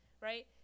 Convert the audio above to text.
right